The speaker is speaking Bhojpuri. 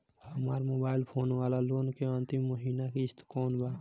हमार मोबाइल फोन वाला लोन के अंतिम महिना किश्त कौन बा?